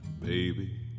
baby